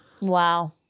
Wow